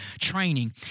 training